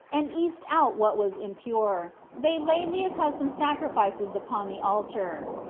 and east out what was impure, they laid the accustomed sacrifices upon the altar.